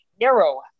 narrow